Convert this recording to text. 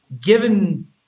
given